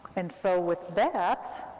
and so with that,